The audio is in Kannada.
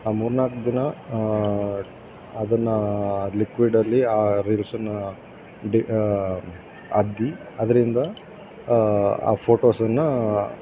ಆ ಮೂರು ನಾಲ್ಕು ದಿನ ಅದನ್ನು ಲಿಕ್ವಿಡಲ್ಲಿ ಆ ರೀಲ್ಸನ್ನು ಡಿ ಅದ್ದಿ ಅದರಿಂದ ಆ ಫೋಟೋಸನ್ನು